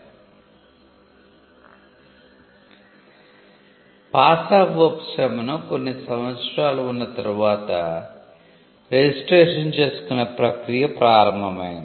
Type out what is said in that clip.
'pass of ఉపశమనం' కొన్ని సంవత్సరాలు ఉన్న తర్వాత రిజిస్ట్రేషన్ చేసుకునే ప్రక్రియ ప్రారంభమైంది